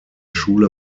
schule